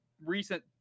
recent